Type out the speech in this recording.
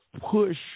push